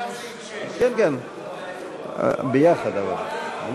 נוותר על סעיף 6. אם כן,